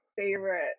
favorite